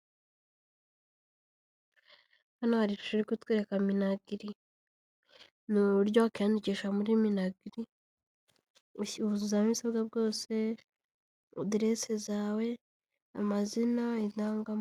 Hano hari ishusho iri kutwereka Minagri, ni uburyo wakiyandikisha muri Minagri, wuzuzamo ibisabwa byose aderesi zawe, amazina, indangamuntu...